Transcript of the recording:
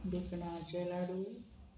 बिकणांचे लाडू